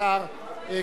תודה רבה לשר כחלון.